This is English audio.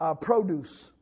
produce